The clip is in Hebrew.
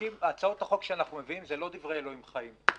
הצעות החוק שאנחנו מביאים הן לא דברי אלוהים חיים.